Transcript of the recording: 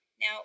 Now